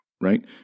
right